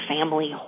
family